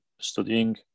studying